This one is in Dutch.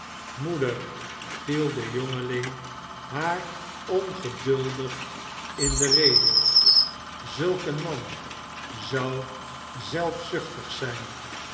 moeder viel de jongeling haar ongeduldig in de rede zulk een man zou zelfzuchtig zijn